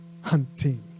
hunting